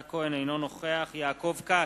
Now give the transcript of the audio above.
אינו נוכח יעקב כץ,